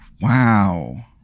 Wow